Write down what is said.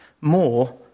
more